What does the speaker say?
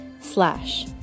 slash